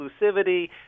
exclusivity